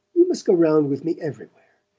you must go round with me everywhere.